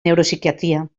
neuropsiquiatria